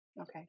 Okay